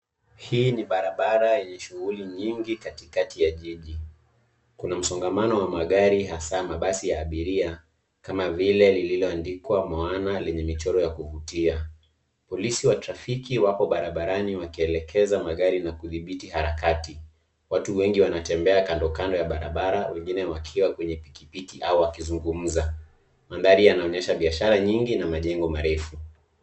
Hii ni barabara yenye shughuli nyingi katikati ya jiji. Kuna msongamano wa magari, hasaa mabasi ya abiria, kama vile lililoandikwa moana lenye michoro ya kuvutia. Polisi wa trafiki wako barabarani wakielekeza magari na kudhibiti harakati. Watu wengi wanatembea kando kando ya barabara , wengine wakiwa kwenye pikipiki au wakizungumza. Mandhari yanaonyesha biashara nyingi na majengo marefu.